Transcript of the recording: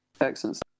Excellent